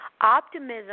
Optimism